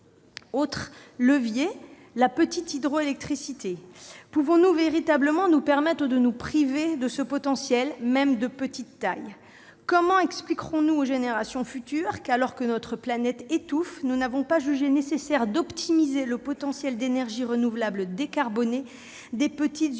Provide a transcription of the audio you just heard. autre levier : la petite hydroélectricité. Pouvons-nous véritablement nous permettre de nous priver de ce potentiel, même de petite taille ? Comment expliquerons-nous aux générations futures que, alors que notre planète étouffait, nous n'avons pas jugé nécessaire d'optimiser le potentiel d'énergies renouvelables décarbonées des petites unités